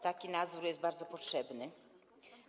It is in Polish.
Taki nadzór jest bardzo potrzebny.